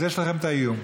אז יש לכם איום.